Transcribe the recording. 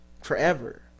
forever